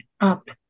up